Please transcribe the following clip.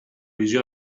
visió